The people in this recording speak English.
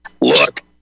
Look